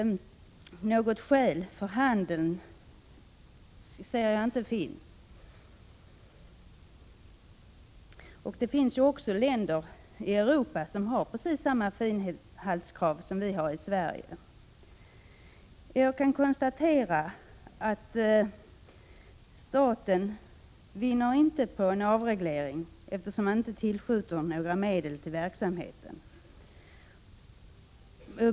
Något skäl för handeln finns alltså inte. Det finns också länder i Europa som har precis samma krav på finhalt som vi har i Sverige. Jag kan konstatera att staten inte vinner på en avreglering, eftersom den inte tillskjuter några medel till verksamheten.